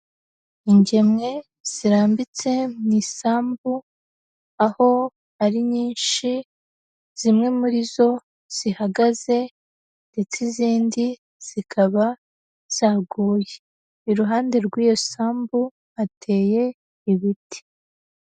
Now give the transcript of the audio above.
Ingemwe zirambitse mu isambu, aho ari nyinshi, zimwe muri zo zihagaze, ndetse izindi zikaba zaguye, iruhande rw'iyo sambu, hateye ibiti.